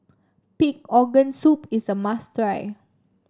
Pig Organ Soup is a must try